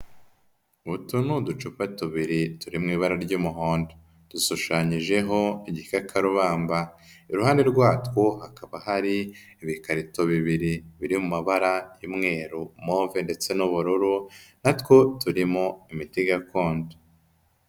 Utu ni uducupa tubiri turi mu ibara ry'umuhondo, dushushanyijeho igikakarubamba, iruhande rwatwo hakaba hari ibikarito bibiri biri mu mabara y'umweru, move ndetse n'ubururu, na two turimo imiti gakondo.